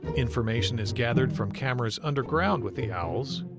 information is gathered from cameras underground with the owls,